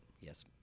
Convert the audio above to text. yes